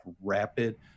rapid